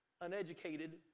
uneducated